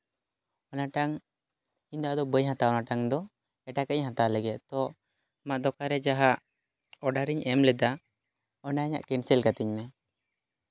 ᱚᱱᱟᱴᱟᱝ ᱤᱧ ᱫᱚ ᱟᱫᱚ ᱵᱟᱹᱧ ᱦᱟᱛᱟᱣᱟ ᱚᱱᱟ ᱴᱟᱝ ᱫᱚ ᱮᱴᱟ ᱜᱟᱜ ᱤᱧ ᱦᱟᱛᱟᱣ ᱞᱟᱹᱜᱤᱫ ᱛᱚ ᱟᱢᱟᱜ ᱫᱚᱠᱟᱱ ᱨᱮ ᱡᱟᱦᱟᱸ ᱚᱰᱟᱨ ᱤᱧ ᱮᱢ ᱞᱮᱫᱟ ᱚᱱᱟ ᱤᱧᱟᱹᱜ ᱠᱮᱱᱥᱮᱞ ᱠᱟᱹᱛᱤᱧ ᱢᱮ